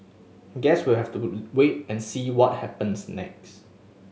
guess we have to wait and see what happens next